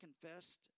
confessed